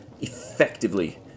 effectively